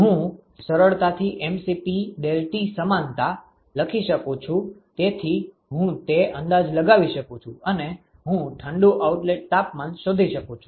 હું સરળતાથી mCp ∆T સમાનતા લખી શકું છું તેથી હું તે અંદાજ લગાવી શકું છું અને હું ઠંડુ આઉટલેટ તાપમાન શોધી શકું છું